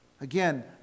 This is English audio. Again